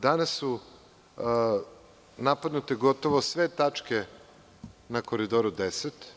Danas su napadnute gotovo sve tačke na Koridoru 10.